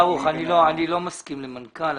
אני לא מסכים למנכ"ל.